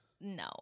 no